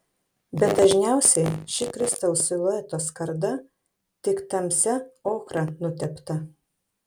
bet dažniausiai ši kristaus silueto skarda tik tamsia ochra nutepta